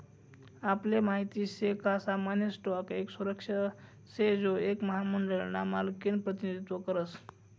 आपले माहित शे का सामान्य स्टॉक एक सुरक्षा शे जो एक महामंडळ ना मालकिनं प्रतिनिधित्व करस